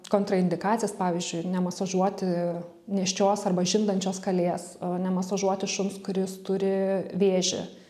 kontraindikacijas pavyzdžiui nemasažuoti nėščios arba žindančios kalės nemasažuoti šuns kuris turi vėžį